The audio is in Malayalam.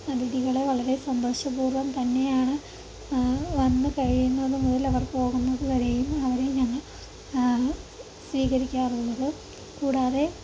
അതിഥികളെ വളരെ സന്തോഷ പൂർവ്വം തന്നെയാണ് വന്നു കഴിയുന്നത് മുതൽ അവർ പോകുന്നത് വരെയും അവരെ ഞങ്ങൾ സ്വീകരിക്കാറുള്ളത് കുടാതെ